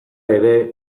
ere